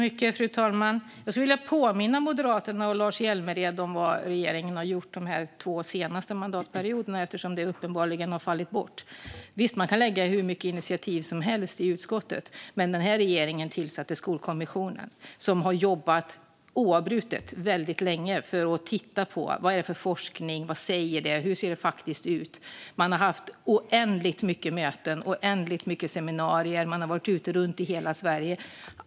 Fru talman! Jag skulle vilja påminna Moderaterna och Lars Hjälmered om vad regeringen har gjort de två senaste mandatperioderna eftersom det uppenbarligen har fallit bort. Visst, man kan lägga fram hur många initiativ som helst i utskottet. Men den här regeringen tillsatte Skolkommissionen, som har jobbat oavbrutet väldigt länge för att titta på vad forskningen säger och hur det faktiskt ser ut. Man har haft oändligt många möten och seminarier, och man har varit runt i hela Sverige.